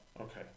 Okay